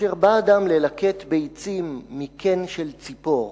כאשר בא אדם ללקט ביצים מקן של ציפור,